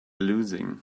losing